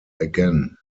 again